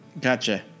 Gotcha